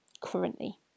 currently